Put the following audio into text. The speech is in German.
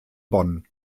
bonn